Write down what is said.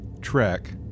Trek